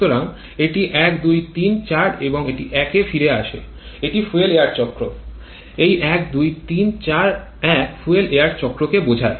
সুতরাং এটি ১ ২ ৩ ৪ এবং এটি ১ এ ফিরে আসে এটি ফুয়েল এয়ার চক্র এই ১ ২ ৩ ৪ ১ ফুয়েল এয়ার চক্রকে বোঝায়